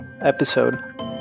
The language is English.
episode